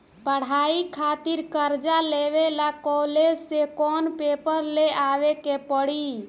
पढ़ाई खातिर कर्जा लेवे ला कॉलेज से कौन पेपर ले आवे के पड़ी?